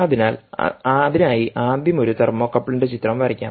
അതിനാൽ അതിനായി ആദ്യം ഒരു തെർമോകപ്പിളിന്റെ ചിത്രം വരയ്ക്കാം